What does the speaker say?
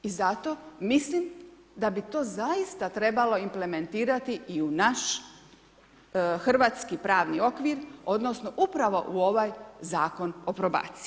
I zato mislim da bi to zaista trebalo implementirati i u naš hrvatski, pravni okvir, odnosno upravo u ovaj zakon o probaciji.